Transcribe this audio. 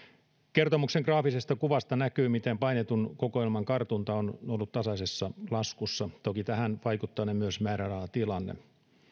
kertomuksen graafisesta kuvasta näkyy miten painetun kokoelman kartunta on ollut tasaisessa laskussa toki tähän vaikuttanee myös määrärahatilanne